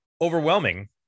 overwhelming